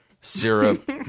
syrup